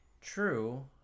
True